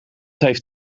heeft